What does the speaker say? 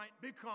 become